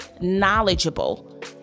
knowledgeable